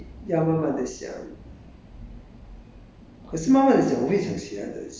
我想我现在也是老了想不起我做过的东西要慢慢的想